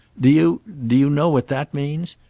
do you do you know what that means?